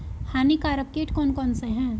हानिकारक कीट कौन कौन से हैं?